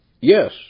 Yes